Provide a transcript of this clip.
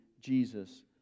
Jesus